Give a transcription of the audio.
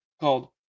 called